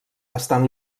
estan